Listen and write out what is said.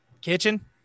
kitchen